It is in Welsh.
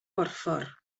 borffor